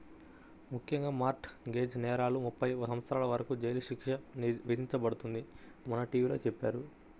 ముఖ్యంగా mortgage నేరాలకు ముప్పై సంవత్సరాల వరకు జైలు శిక్ష విధించబడుతుందని మొన్న టీ.వీ లో చెప్పారు